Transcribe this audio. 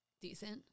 Decent